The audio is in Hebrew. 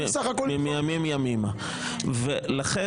ולכן